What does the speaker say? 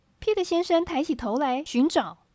Pete先生抬起头来寻找